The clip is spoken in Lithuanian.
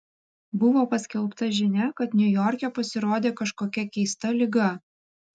buvo paskelbta žinia kad niujorke pasirodė kažkokia keista liga